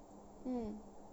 mm